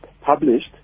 published